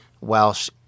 Welsh